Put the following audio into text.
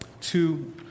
two